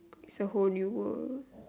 the whole new world